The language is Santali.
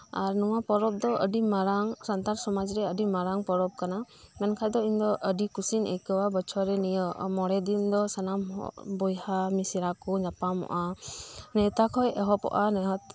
ᱟᱨ ᱱᱚᱶᱟ ᱯᱚᱨᱚᱵᱽ ᱫᱚ ᱟᱰᱤ ᱢᱟᱨᱟᱝ ᱥᱟᱱᱛᱟᱲ ᱥᱚᱢᱟᱡᱽ ᱨᱮ ᱟᱰᱤ ᱢᱟᱨᱟᱝ ᱯᱚᱨᱚᱵᱽ ᱠᱟᱱᱟ ᱢᱮᱱᱠᱷᱟᱱ ᱫᱚ ᱤᱧ ᱫᱚ ᱟᱰᱤ ᱠᱩᱥᱤᱧ ᱟᱹᱭᱠᱟᱹᱣᱟ ᱵᱚᱪᱷᱚᱨ ᱨᱮ ᱱᱤᱭᱟᱹ ᱢᱚᱬᱮ ᱫᱤᱱ ᱫᱚ ᱥᱟᱱᱟᱢ ᱵᱚᱭᱦᱟ ᱢᱤᱥᱨᱟ ᱠᱚ ᱧᱟᱯᱟᱢᱚᱜᱼᱟ ᱱᱮᱣᱛᱟ ᱠᱷᱚᱱ ᱮᱦᱚᱵᱚᱜᱼᱟ